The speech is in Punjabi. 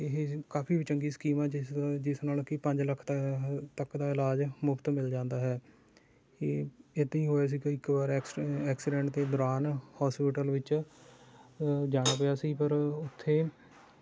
ਇਹ ਕਾਫੀ ਚੰਗੀ ਸਕੀਮ ਹੈ ਜਿਸ ਜਿਸ ਨਾਲ ਕਿ ਪੰਜ ਲੱਖ ਤੱਕ ਤੱਕ ਦਾ ਇਲਾਜ ਮੁਫਤ ਮਿਲ ਜਾਂਦਾ ਹੈ ਇਹ ਏਦਾਂ ਹੋਇਆ ਸੀਗਾ ਕਿ ਇੱਕ ਵਾਰ ਐਕਸ ਐਕਸੀਡੈਂਟ ਦੇ ਦੌਰਾਨ ਹੋਸਪੀਟਲ ਵਿੱਚ ਜਾਣਾ ਪਿਆ ਸੀ ਪਰ ਉੱਥੇ